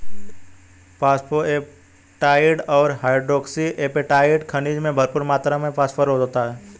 phosphoapatite और hydroxyapatite खनिजों में भरपूर मात्र में फोस्फोरस होता है